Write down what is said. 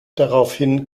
daraufhin